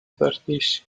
thirties